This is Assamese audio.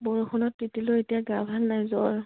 বৰষুণত তিতিলো এতিয়া গা ভাল নাই জ্বৰ